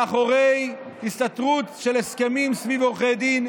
מאחורי הסתתרות של הסכמים סביב עורכי דין,